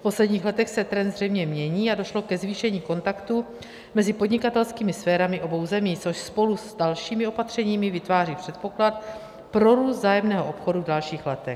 V posledních letech se trend zřejmě mění a došlo ke zvýšení kontaktů mezi podnikatelskými sférami obou zemí, což spolu s dalšími opatřeními vytváří předpoklad pro růst vzájemného obchodu v dalších letech.